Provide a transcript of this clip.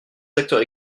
acteurs